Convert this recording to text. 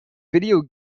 video